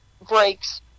Breaks